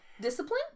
Discipline